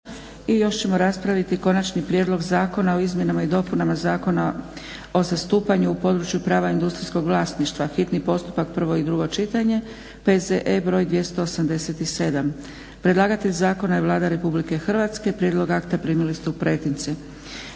I još ćemo - Konačni prijedlog zakona o izmjenama i dopunama zakona o zastupanju u području prava industrijskog vlasništva, hitni postupak, prvo i drugo čitanje, P. Z. E. br. 287 Predlagatelj zakona je Vlada RH. Prijedlog akta primili ste u pretince.